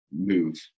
move